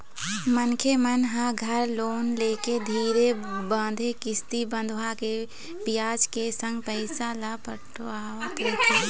मनखे मन ह घर लोन लेके धीरे बांधे किस्ती बंधवाके बियाज के संग पइसा ल पटावत रहिथे